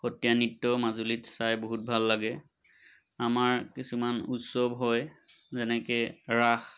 সত্ৰীয়া নৃত্যও মাজুলীত চাই বহুত ভাল লাগে আমাৰ কিছুমান উৎসৱ হয় যেনেকৈ ৰাস